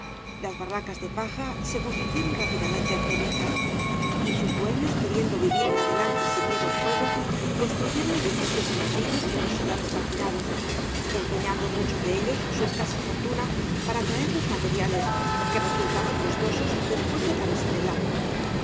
las barracas de paja se convirtieron rápidamente en cenizas y sus dueños queriendo vivir en adelente sin miedo al fuego construyeron edificios de ladrillo en los solares calcinados empeñando muchos de ellos su escasa fortuna para traer los materiales que resultaban costosos después de atravesar el lago